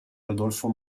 rodolfo